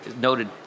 noted